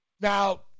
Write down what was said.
Now